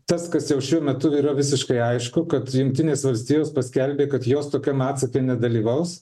tas kas jau šiuo metu yra visiškai aišku kad jungtinės valstijos paskelbė kad jos tokiam atsake nedalyvaus